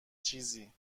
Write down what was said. چیزی